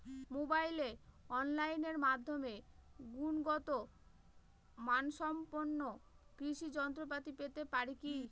মোবাইলে অনলাইনের মাধ্যমে গুণগত মানসম্পন্ন কৃষি যন্ত্রপাতি পেতে পারি কি?